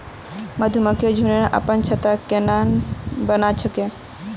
मधुमक्खिर झुंड अपनार छत्ता केन न बना छेक